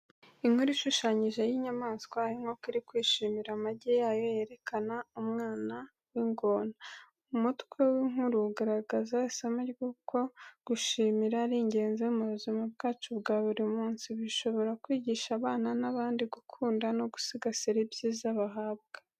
Inkuru ishushanyije y'inyamaswa. Aho inkoko iri kwishimira amagi yayo yereka umwana w'ingona. Umutwe w’inkuru ugaragaza isomo ry’uko gushimira ari ingenzi mu buzima bwacu bwa buri munsi. Ibi bishobora kwigisha abana n’abandi gukunda no gusigasira ibyiza bahabwa.